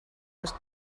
ist